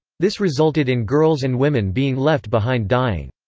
this resulted in girls and women being left behind dying.